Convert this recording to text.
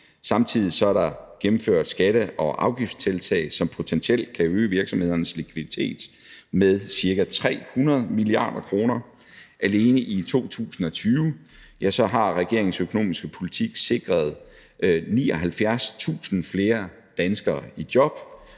samtidig er der gennemført skatte- og afgiftstiltag, som potentielt kan øge virksomhedernes likviditet med ca. 300 mia. kr. Og alene i 2020 har regeringens økonomiske politik sikret 79.000 flere danskere i job